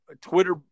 Twitter